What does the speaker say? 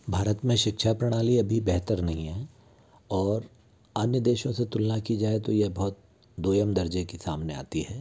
भारत में शिक्षा प्रणाली अभी बेहतर नहीं है और अन्य देशों से तुलना की जाए तो यह बहुत दोयम दर्जे की सामने आती है